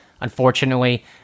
unfortunately